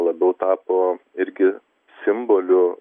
labiau tapo irgi simboliu